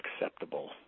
acceptable